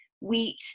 wheat